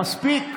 מספיק.